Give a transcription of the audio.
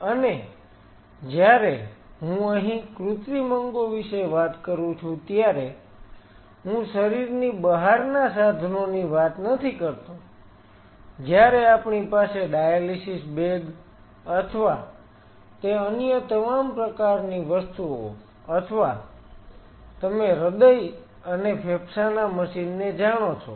અને જ્યારે હું અહીં કૃત્રિમ અંગો વિશે વાત કરું છું ત્યારે હું શરીરની બહારના સાધનોની વાત નથી કરતો જ્યાંરે આપણી પાસે ડાયાલિસિસ બેગ અથવા તે અન્ય તમામ પ્રકારની વસ્તુઓ અથવા તમે હૃદય અને ફેફસાંના મશીનને જાણો છો